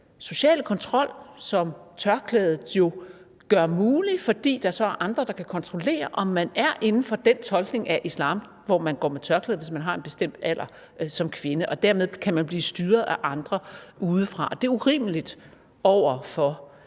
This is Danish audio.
sociale kontrol, som tørklædet jo gør mulig, fordi der så er andre, der kan kontrollere, om man er inden for den tolkning af islam, hvor man som kvinde går med tørklæde, hvis man har en bestemt alder. Dermed kan man blive styret af andre udefra. Det er urimeligt over for